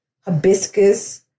hibiscus